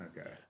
Okay